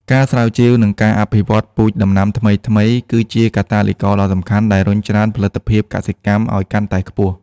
ការស្រាវជ្រាវ និងការអភិវឌ្ឍពូជដំណាំថ្មីៗ គឺជាកាតាលីករដ៏សំខាន់ដែលរុញច្រានផលិតភាពកសិកម្មឱ្យកាន់តែខ្ពស់។